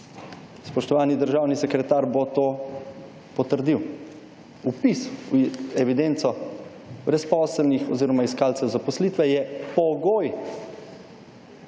Spoštovani državni sekretar bo to potrdil. Vpis v evidenco brezposelnih oziroma iskalcev zaposlitve, je pogoj